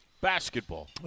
basketball